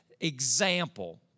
example